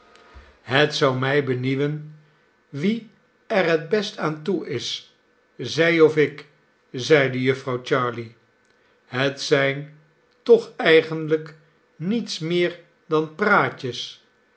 het zou mij benieuwen wie er het best aan toe is zij of ik zeide jufvrouw jarley het zijn toch eigenlijk niets meer dan praatjes